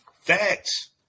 Facts